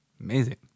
amazing